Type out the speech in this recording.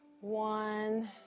One